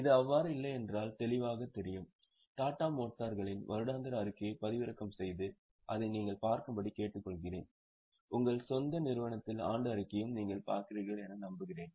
இது அவ்வாறு இல்லையென்றால் தெளிவாகத் தெரியும் டாடா மோட்டார்களின் வருடாந்திர அறிக்கையைப் பதிவிறக்கம் செய்து அதை நீங்களே பார்க்கும்படி கேட்டுக்கொள்கிறேன் உங்கள் சொந்த நிறுவனத்தின் ஆண்டு அறிக்கையையும் நீங்கள் பார்க்கிறீர்கள் என்று நான் நம்புகிறேன்